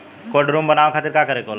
Cold room बनावे खातिर का करे के होला?